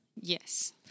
Yes